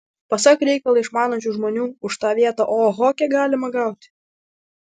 pasak reikalą išmanančių žmonių už tą vietą oho kiek galima gauti